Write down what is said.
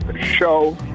show